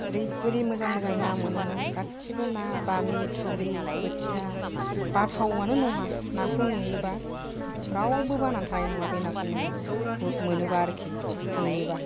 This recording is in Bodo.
ओरैबायदि मोजां मोजां ना मोनोमोन गाथसिबो ना बामि थुरि बोथिया बाथाआनो नङा नाखौ नुयोबा रावबो बानानै थानाय नङा बे नाखौ मोननानै मोनोबा आरोखि नुयोबा